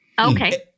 Okay